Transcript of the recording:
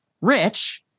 rich